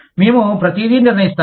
మేము ప్రతిదీ నిర్ణయిస్తాము